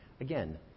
Again